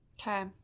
Okay